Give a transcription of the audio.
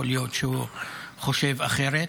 יכול להיות שהוא חושב אחרת.